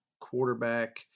quarterback